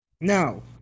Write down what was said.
No